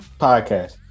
podcast